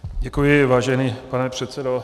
Děkuji, vážený pane předsedo.